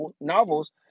novels